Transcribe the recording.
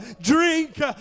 drink